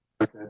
Okay